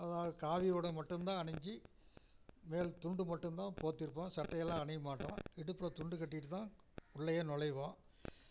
அதாவது காவி உடை மட்டும்தான் அணிஞ்சு மேல் துண்டு மட்டும்தான் போர்த்திருப்போம் சட்டையெல்லாம் அணியமாட்டோம் இடுப்பில் துண்டு கட்டிகிட்டு தான் உள்ளேயே நுழைவோம்